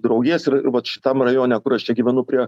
draugijas ir vat šitam rajone kur aš čia gyvenu prie